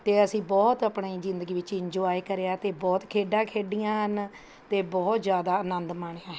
ਅਤੇ ਅਸੀਂ ਬਹੁਤ ਆਪਣੇ ਜ਼ਿੰਦਗੀ ਵਿੱਚ ਇੰਨਜੁਆਏ ਕਰਿਆ ਅਤੇ ਬਹੁਤ ਖੇਡਾਂ ਖੇਡੀਆਂ ਹਨ ਅਤੇ ਬਹੁਤ ਜ਼ਿਆਦਾ ਆਨੰਦ ਮਾਣਿਆ ਹੈ